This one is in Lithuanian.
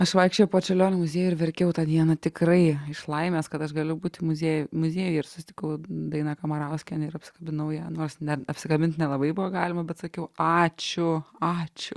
aš vaikščiojau po čiurlionio muziejų ir verkiau tą dieną tikrai iš laimės kad aš galiu būti muziejuj muziejui ir susitikau dainą kamarauskienę ir apsikabinau ją nors net apsikabint nelabai buvo galima bet sakiau ačiū ačiū